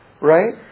Right